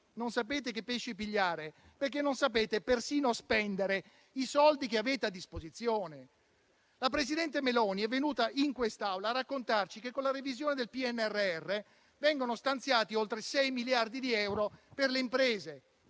Non sapete che pesci pigliare, perché non sapete persino spendere i soldi che avete a disposizione. La presidente Meloni è venuta in quest'Aula a raccontarci che con la revisione del PNRR vengono stanziati oltre 6 miliardi di euro per le imprese